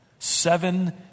Seven